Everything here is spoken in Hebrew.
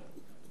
נא,